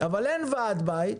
אבל אין ועד בית,